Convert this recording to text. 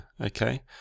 okay